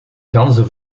ganzen